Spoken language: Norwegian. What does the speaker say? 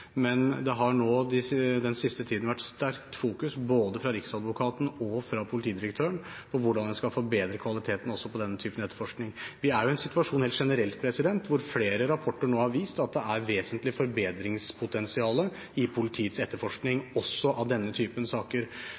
men det har nå den siste tiden vært sterkt fokus både fra riksadvokaten og fra politidirektøren på hvordan en skal forbedre kvaliteten også på denne typen etterforskning. Vi er jo i en situasjon rent generelt hvor flere rapporter nå har vist at det er vesentlige forbedringspotensialer i politiets etterforskning også av denne typen saker.